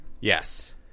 Yes